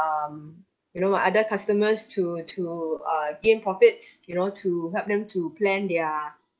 um you know my other customers to to uh gain profits you know to help them to plan their